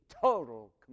total